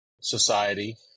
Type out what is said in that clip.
society